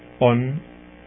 on